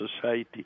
society